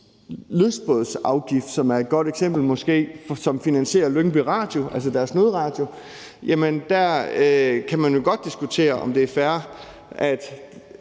lystbådsafgift, som måske er et godt eksempel. Den finansierer Lyngby Radio, altså deres nødradio. Der kan man jo godt diskutere, om det er fair, at